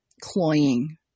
cloying